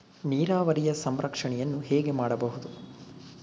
ನೀರಾವರಿಯ ಸಂರಕ್ಷಣೆಯನ್ನು ಹೇಗೆ ಮಾಡಬಹುದು?